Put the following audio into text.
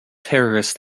terrorist